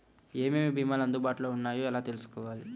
ఏమేమి భీమాలు అందుబాటులో వున్నాయో ఎలా తెలుసుకోవాలి?